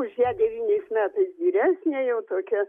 už ją devyniais metais vyresnė jau tokia